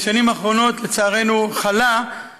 ובשנים האחרונות, לצערנו, חלה,